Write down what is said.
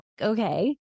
okay